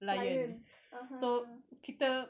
lion (uh huh)